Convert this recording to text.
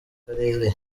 karere